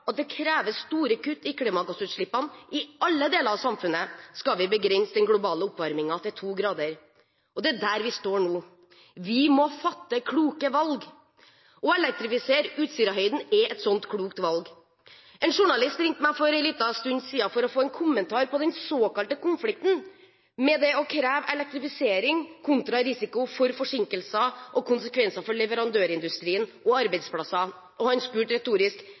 at det kreves store kutt i klimagassutslippene i alle deler av samfunnet, dersom vi skal klare å begrense den globale oppvarmingen til 2 grader. Der står vi nå. Vi må fatte kloke valg, og å elektrifisere Utsirahøyden er et slikt klokt valg. En journalist ringte meg for en liten stund siden for å få en kommentar på den såkalte konflikten om å kreve elektrifisering kontra risiko for forsinkelser og konsekvenser for leverandørindustrien og arbeidsplasser. Han spurte retorisk: